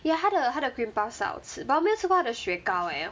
ya 它的它的 cream puff 是好吃 but 我没有吃过它的雪糕 eh